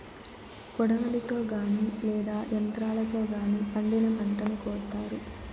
కొడవలితో గానీ లేదా యంత్రాలతో గానీ పండిన పంటను కోత్తారు